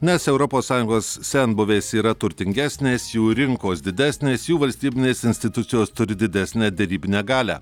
nes europos sąjungos senbuvės yra turtingesnės jų rinkos didesnės jų valstybinės institucijos turi didesnę derybinę galią